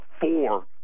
four